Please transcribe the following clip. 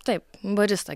taip barista